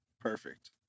perfect